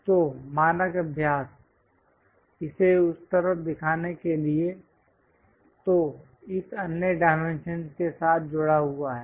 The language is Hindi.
तो मानक अभ्यास इसे उस तरफ दिखाने के लिए है जो इस अन्य डायमेंशन के साथ जुड़ा हुआ है